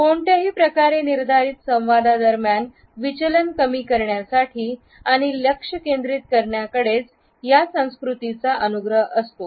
कोणत्याही प्रकारे निर्धारित संवाद दरम्यानच विचलन कमी करण्यासाठी आणि लक्ष केंद्रित करण्याकडेच या संस्कृतीचा अनुग्रह असतो